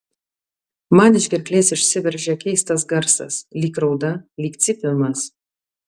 man iš gerklės išsiveržia keistas garsas lyg rauda lyg cypimas